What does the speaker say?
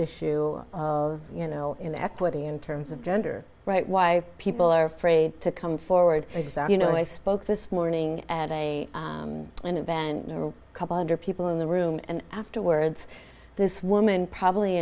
issue of you know in equity in terms of gender right why people are afraid to come forward exam you know i spoke this morning at a an event of a couple hundred people in the room and afterwards this woman probably